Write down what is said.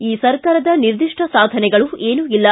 ಈ ಸರ್ಕಾರದ ನಿರ್ದಿಷ್ಟ ಸಾಧನೆಗಳು ಏನೂ ಇಲ್ಲ